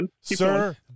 Sir